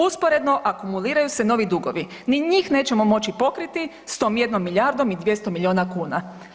Usporedno akumuliraju se novi dugovi, ni njih nećemo moći pokriti s tom 1 milijardom i 200 miliona kuna.